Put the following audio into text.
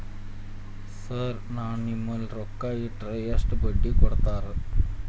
Sir ನಾನು ನಿಮ್ಮಲ್ಲಿ ರೊಕ್ಕ ಇಟ್ಟರ ಎಷ್ಟು ಬಡ್ಡಿ ಕೊಡುತೇರಾ?